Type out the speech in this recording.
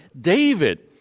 David